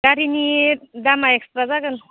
गारिनि दामा एक्स्ट्रा जागोन